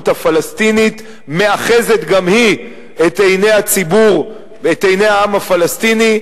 הפלסטינית מאחזת גם היא את עיני הציבור ואת עיני העם הפלסטיני,